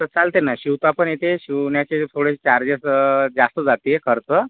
त चालते ना शिवता पण येते शिवण्याचे थोडे चार्जेस जास्त जातील खर्च